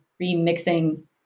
remixing